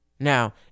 Now